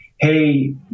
Hey